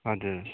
हजुर